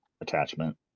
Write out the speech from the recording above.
attachment